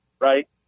right